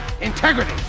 integrity